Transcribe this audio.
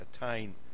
attain